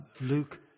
Luke